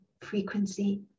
frequency